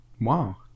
Wow